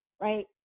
Right